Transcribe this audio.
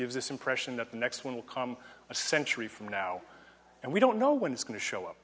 gives this impression that the next one will come a century from now and we don't know when it's going to show